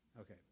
Okay